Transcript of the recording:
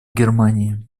германии